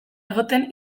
egoten